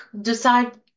decide